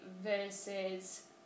versus